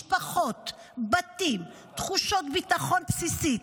משפחות, בתים, תחושת ביטחון בסיסית.